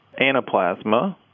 anaplasma